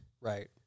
Right